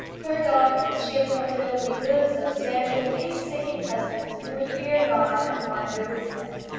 for her daughters she had coveted only good, substantial, painstaking husbands, who would fear god and mind their business.